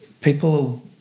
people